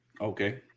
okay